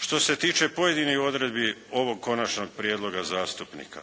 Što se tiče pojedinih odredbi ovog konačnog prijedloga zakona,